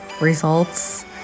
results